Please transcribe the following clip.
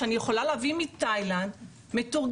שאני יכולה להביא מתאילנד מתורגמן,